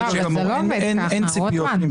זה לא עובד ככה, רוטמן.